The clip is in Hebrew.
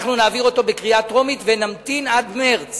אנחנו נעביר אותה בקריאה טרומית ונמתין עד מרס